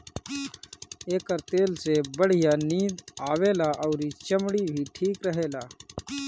एकर तेल से बढ़िया नींद आवेला अउरी चमड़ी भी ठीक रहेला